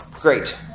great